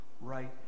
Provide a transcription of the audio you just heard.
right